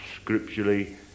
scripturally